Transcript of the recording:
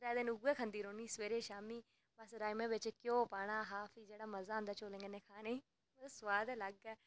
त्रै दिन उ'ऐ खंदी रौह्न्नी सवेरे शामीं उस राजमांह् च घ्योऽ पाना आहा भी जेह्ड़ा मजा औंदा उसी खानै गी ते ओह् सोआद गै अलग ऐ